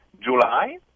July